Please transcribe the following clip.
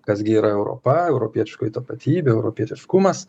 kas gi yra europa europietiškoji tapatybė europietiškumas